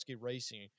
Racing